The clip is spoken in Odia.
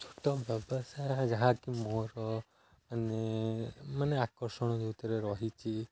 ତ ବ୍ୟବସାୟ ଯାହାକି ମୋର ମାନେ ମାନେ ଆକର୍ଷଣ ଯେଉଁଥିରେ ରହିଛି